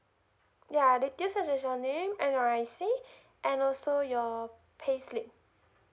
yeah th~ just list your name N_R_I_C and also your payslip